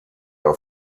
off